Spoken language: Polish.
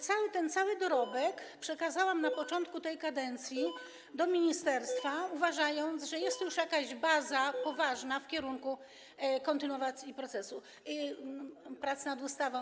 Cały ten cały dorobek przekazałam na początku tej kadencji ministerstwu, uważając, że jest to już jakaś poważna baza w kierunku kontynuacji procesu prac nad ustawą.